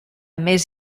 més